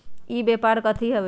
ई व्यापार कथी हव?